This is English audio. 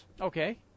okay